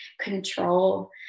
control